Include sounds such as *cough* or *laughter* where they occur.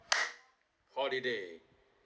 *noise* holiday